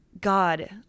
God